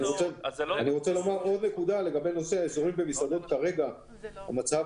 לגבי חלוקה לאזורים בתוך מסעדות: כרגע המצב